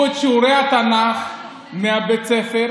התנ"ך מבית הספר,